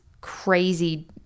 crazy